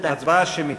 הצבעה שמית.